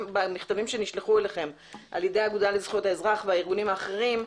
גם במכתבים שנשלחו אליכם על-ידי האגודה לזכויות האזרח והארגונים האחרים,